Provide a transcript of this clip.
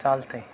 चालतं आहे